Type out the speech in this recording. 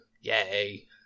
Yay